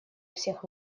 всех